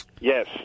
Yes